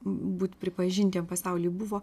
būt pripažintiem pasauly buvo